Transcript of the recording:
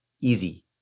easy